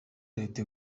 leta